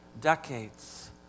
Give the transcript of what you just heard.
decades